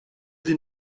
did